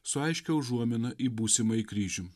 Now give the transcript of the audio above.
su aiškia užuomina į būsimąjį kryžių